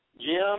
Jim